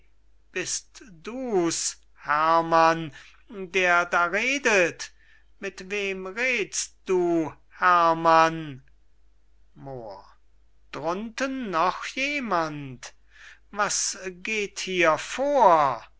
bist du's herrmann der da redet mit wem redst du herrmann moor drunten noch jemand was geht hier vor